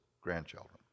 grandchildren